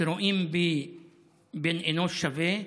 שרואים בי בן אנוש שווה,